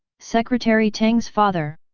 secretary tang's father!